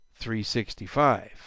365